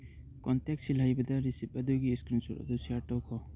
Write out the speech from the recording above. contact ꯁꯤꯜꯍꯩꯕꯗ receipt ꯑꯗꯨꯒꯤ screenshot ꯑꯗꯨ ꯁꯤꯌꯔ ꯇꯧꯈꯣ